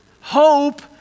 Hope